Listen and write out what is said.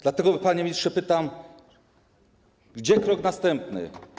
Dlatego, panie ministrze, pytam: Gdzie krok następny?